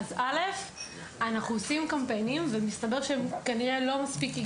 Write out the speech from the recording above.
אנחנו עושים קמפיינים ומסתבר שהם כנראה לא מספיקים,